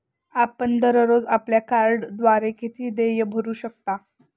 आपण दररोज आपल्या कार्डद्वारे किती देय भरू शकता?